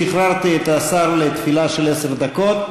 שחררתי את השר לתפילה של עשר דקות,